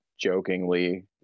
jokingly